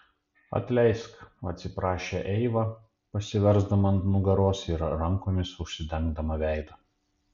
atleisk atsiprašė eiva pasiversdama ant nugaros ir rankomis užsidengdama veidą